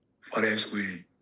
financially